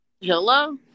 hello